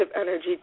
energy